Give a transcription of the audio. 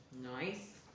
Nice